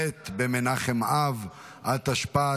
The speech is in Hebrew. ב' במנחם אב התשפ"ד,